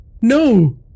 No